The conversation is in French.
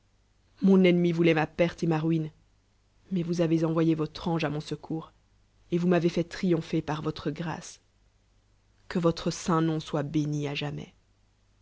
mon ennemi vouloit rua perte et ma ruine mais vous avez envoyé votre auge la mon secours et vous m'avel fait triompher par votre grâce que votre saint ùom soit béni à jamais